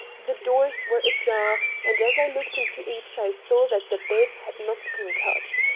the doors were ajar, and as i looked into each i saw that the beds had not been touched,